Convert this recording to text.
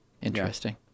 interesting